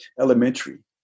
elementary